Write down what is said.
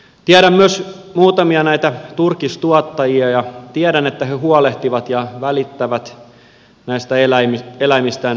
tiedän myös muutamia turkistuottajia ja tiedän että he huolehtivat ja välittävät näistä eläimistään pääsääntöisesti näin